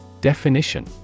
Definition